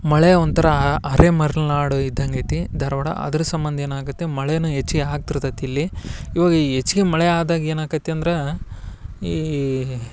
ಮಳೆ ಒಂಥರ ಅರೆ ಮಲ್ನಾಡು ಇದ್ದಂಗೈತಿ ಧಾರವಾಡ ಅದ್ರ ಸಂಬಂಧ ಏನಾಗುತ್ತೆ ಮಳೆಯೂ ಹೆಚ್ಗೆ ಆಗ್ತಿರ್ತೈತೆ ಇಲ್ಲಿ ಇವಾಗ ಈ ಹೆಚ್ಗೆ ಮಳೆ ಆದಾಗ ಏನಾಕತಿ ಅಂದ್ರೆ ಈ